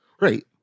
Right